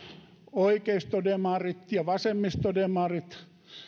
oikeistodemarit ja vasemmistodemarit